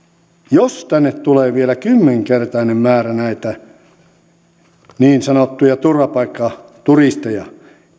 jos tänne tulee vielä kymmenkertainen määrä näitä niin sanottuja turvapaikkaturisteja